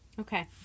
Okay